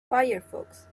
firefox